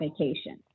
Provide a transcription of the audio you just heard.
vacation